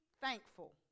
thankful